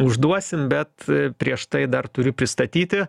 užduosim bet prieš tai dar turiu pristatyti